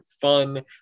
fun